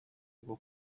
bwo